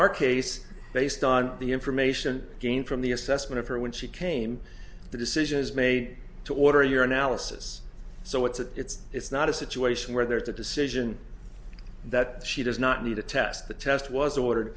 our case based on the information gained from the assessment of her when she came the decision is made to order your analysis so it's a it's it's not a situation where there is a decision that she does not need to test the test was ordered